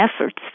efforts